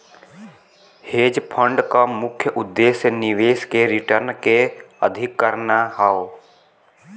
hedge fund क मुख्य उद्देश्य निवेश के रिटर्न के अधिक करना हौ